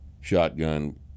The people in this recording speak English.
shotgun